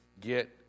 get